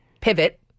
pivot